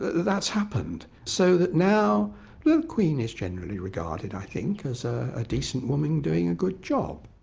that's happened, so that now the queen is generally regarded i think as ah a decent woman doing a good job.